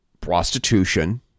prostitution